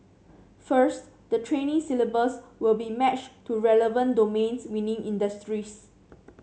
first the training syllabus will be matched to relevant domains within industries